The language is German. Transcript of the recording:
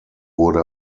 wurde